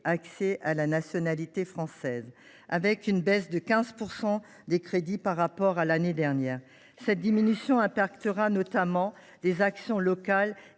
accès à la nationalité française », avec une baisse de 15 % des crédits par rapport à l’année dernière. Cette diminution aura notamment des répercussions